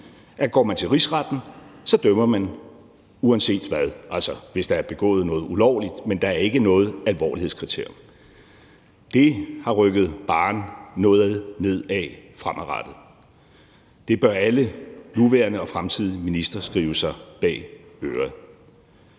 at går man til Rigsretten, så dømmer den uanset hvad – altså, hvis der er begået noget ulovligt – men der er ikke noget alvorlighedskriterium. Det har rykket barren noget nedad fremadrettet. Det bør alle nuværende og fremtidige ministre skrive sig bag øret.